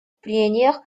прениях